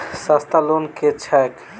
सस्ता लोन केँ छैक